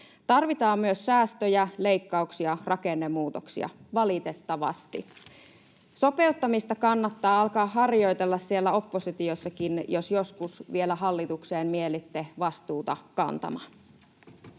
Tarvitaan myös säästöjä, leikkauksia, rakennemuutoksia, valitettavasti. Sopeuttamista kannattaa alkaa harjoitella siellä oppositiossakin, jos joskus vielä hallitukseen mielitte vastuuta kantamaan.